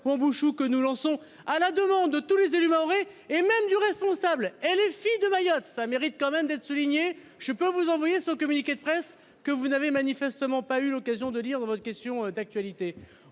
on ou que nous lançons à la demande de tous les élus mahorais et même du responsable et les filles de Mayotte, ça mérite quand même d'être soulignée, je peux vous envoyer son communiqué de presse que vous n'avez manifestement pas eu l'occasion de dire dans votre question d'actualité.